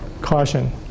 caution